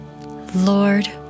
Lord